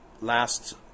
last